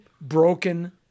broken